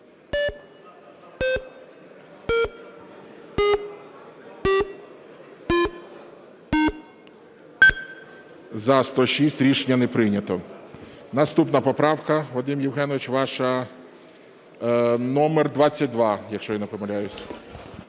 За-106 Рішення не прийнято. Наступна поправка, Вадим Євгенович, ваша, номер 22, якщо я не помиляюсь.